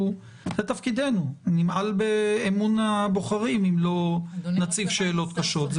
זה תפקידנו נמעל באמון הבוחרים אם לא נציב שאלות קשות.